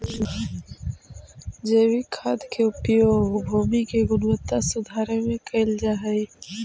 जैविक खाद के उपयोग भूमि के गुणवत्ता सुधारे में कैल जा हई